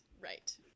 right